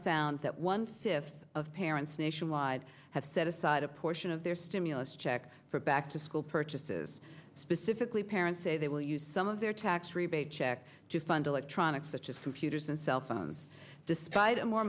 found that one fifth of parents nationwide have set aside a portion of their stimulus check for back to school purchases specifically parents say they will use some of their tax rebate check to fund electronics such as computers and cell phones despite a more